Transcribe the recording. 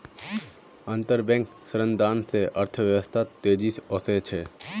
अंतरबैंक ऋणदान स अर्थव्यवस्थात तेजी ओसे छेक